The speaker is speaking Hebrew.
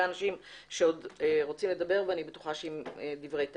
אנשים שרוצים לדבר ואני בטוחה שיהיו להם דברי טעם.